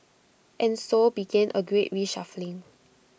and so began A great reshuffling